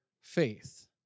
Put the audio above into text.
faith